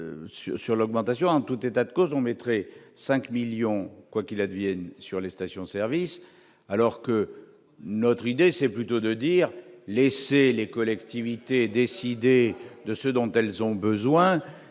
sur l'augmentation en tout état de cause, on mettrait 5 millions quoi qu'il advienne sur les stations-service alors que. Notre idée, c'est plutôt de dire : laissez les collectivités décider de ce dont elles ont besoin